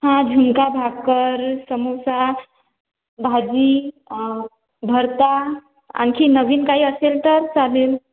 हा झुणका भाकर समोसा भाजी भरता आणखी नवीन काही असेल तर चालेल